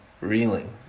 reeling